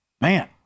Man